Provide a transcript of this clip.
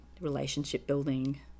relationship-building